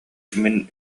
мин